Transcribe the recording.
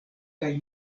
kaj